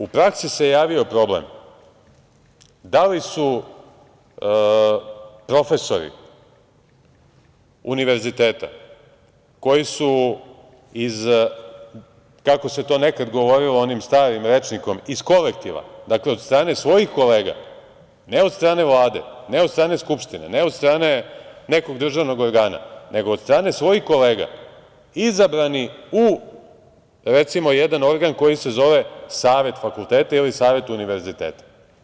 U praksi se javio problem da li su profesori univerziteta koji su iz, kako se to nekad govorilo onim starim rečnikom, kolektiva, dakle, od strane svojih kolega, ne od strane Vlade, ne od strane Skupštine, ne od strane nekog državnog organa, nego od strane svojih kolega izabrani u, recimo, jedan organ koji se zove savet fakulteta ili savet univerziteta?